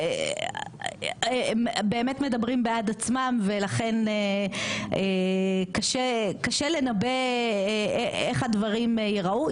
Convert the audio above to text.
הם באמת מדברים בעד עצמם ולכן קשה לנבא איך הדברים ייראו.